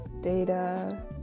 data